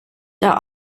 der